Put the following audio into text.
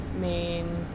main